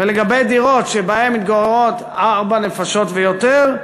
ולגבי דירות שבהן מתגוררות ארבע נפשות ויותר,